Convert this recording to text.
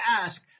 ask